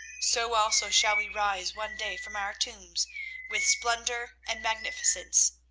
so also shall we rise one day from our tombs with splendour and magnificence.